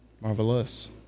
marvelous